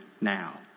now